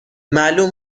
معلوم